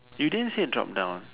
you didn't say drop down